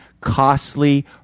costly